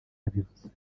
yabivuze